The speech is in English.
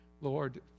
Lord